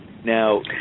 Now